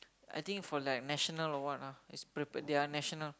I think for like national or what ah is prepared their national